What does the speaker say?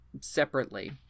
separately